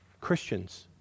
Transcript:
Christians